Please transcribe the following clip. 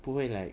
不会 like